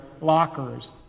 lockers